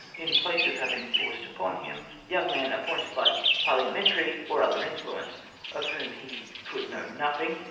in place of having forced upon him young men appointed by parhamentary or other influence of whom he could know nothing,